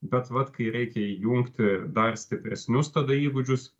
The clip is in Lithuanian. bet vat kai reikia įjungti dar stipresnius tada įgūdžius